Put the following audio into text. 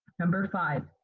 number five,